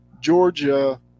Georgia